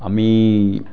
আমি